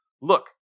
look